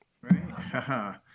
right